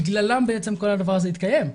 בגללם בעצם כל הדבר הזה התקיים.